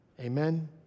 Amen